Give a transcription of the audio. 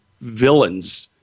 villains